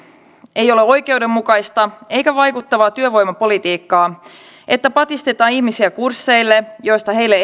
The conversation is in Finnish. ei ole oikeudenmukaista eikä vaikuttavaa työvoimapolitiikkaa että patistetaan ihmisiä kursseille joista heille